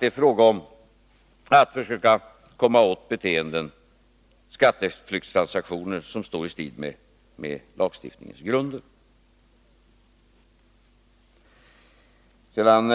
Det är fråga om att försöka komma åt skatteflyktstransaktioner som står i strid med lagstiftningens grunder. Ola